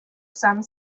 some